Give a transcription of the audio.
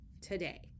today